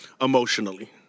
emotionally